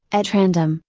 at random,